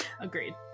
Agreed